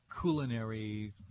culinary